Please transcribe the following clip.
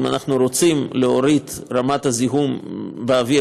אם אנחנו רוצים להוריד את רמת הזיהום באוויר